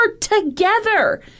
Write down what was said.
together